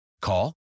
Call